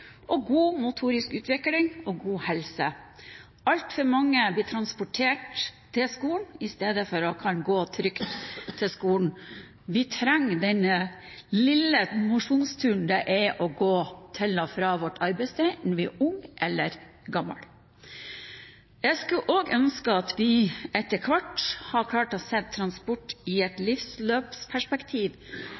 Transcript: og unge en trygg oppvekst, god motorisk utvikling og god helse. Altfor mange blir transportert til skolen i stedet for å kunne gå trygt til skolen. Vi trenger den lille mosjonsturen det er å gå til og fra vårt arbeidssted, enten vi er unge eller gamle. Jeg skulle også ønske at vi etter hvert hadde klart å se transport i et livsløpsperspektiv.